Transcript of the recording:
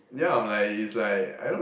yeah I'm like it's like I don't